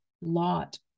Lot